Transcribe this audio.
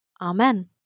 Amen